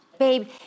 babe